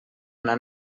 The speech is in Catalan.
una